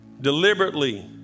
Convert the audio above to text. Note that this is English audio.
deliberately